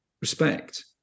respect